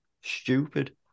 Stupid